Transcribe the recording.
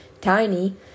tiny